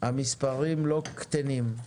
המספרים לא קטנים,